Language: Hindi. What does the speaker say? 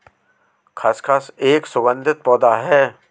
खसखस एक सुगंधित पौधा है